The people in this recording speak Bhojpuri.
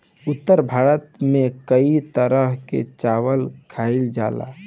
उत्तर भारत में कई तरह के चावल खाईल जाला